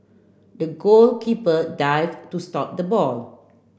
the goalkeeper dived to stop the ball